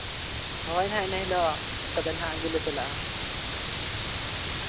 ᱦᱳᱭ ᱱᱟᱦᱟᱸᱜ ᱤᱱᱟᱹ ᱦᱤᱞᱳᱜ ᱛᱚᱵᱮ ᱱᱟᱦᱟᱜ ᱟᱹᱜᱩ ᱞᱮ ᱪᱟᱞᱟᱜᱼᱟ